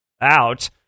out